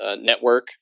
network